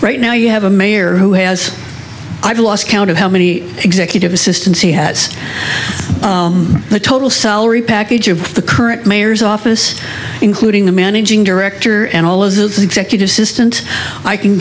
right now you have a mayor who has i've lost count of how many executive assistants he has the total salary package of the current mayor's office including the managing director and all of the executive assistant i can